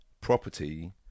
property